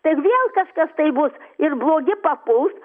ten vėl kažkas tai bus ir blogi papuls